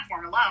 alone